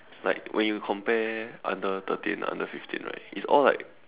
like when you compare under thirteen under fifteen right it's all like